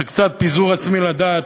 זה קצת פיזור עצמי לדעת,